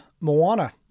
Moana